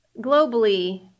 globally